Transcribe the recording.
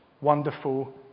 wonderful